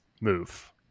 move